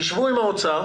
תשבו עם האוצר